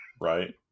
Right